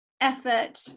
effort